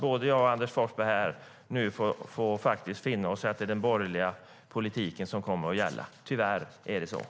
Både jag och Anders Forsberg får finna oss i att det är den borgerliga politiken som kommer att gälla. Tyvärr är det så.